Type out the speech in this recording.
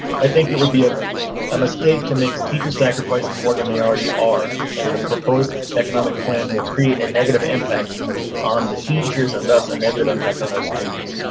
i think it would be ah a mistake to make teacher sacrificed more than they already are, and the proposed economic plan will create a negative impact on the teachers and thus a negative impact on our students.